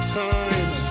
time